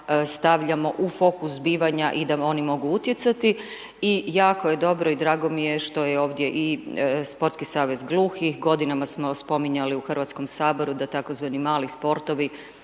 stavljamo u fokus zbivanja i da oni mogu utjecati i jako je dobro i drago mi je što je ovdje Sportski savez gluhih, godinama smo spominjali u Hrvatskom saboru da tzv. mali sportovi